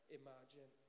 imagine